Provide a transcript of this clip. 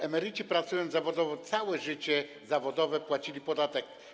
Emeryci, pracując zawodowo, całe życie zawodowe płacili podatek.